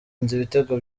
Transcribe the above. ibitego